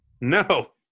no